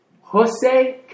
Jose